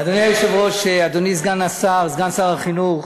אדוני היושב-ראש, אדוני סגן השר, סגן שר החינוך,